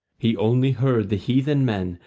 he only heard the heathen men,